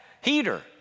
heater